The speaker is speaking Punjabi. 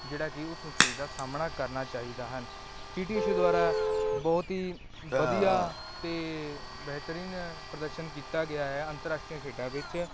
ਜਿਹੜਾ ਕਿ ਉਸ ਮੁਸੀਬਤ ਦਾ ਸਾਹਮਣਾ ਕਰਨਾ ਚਾਹੀਦਾ ਹੈ ਪੀ ਟੀ ਊਸ਼ਾ ਦੁਆਰਾ ਬਹੁਤ ਹੀ ਵਧੀਆ ਅਤੇ ਬਿਹਤਰੀਨ ਪ੍ਰਦਰਸ਼ਨ ਕੀਤਾ ਗਿਆ ਹੈ ਅੰਤਰਰਾਸ਼ਟਰੀ ਖੇਡਾਂ ਵਿੱਚ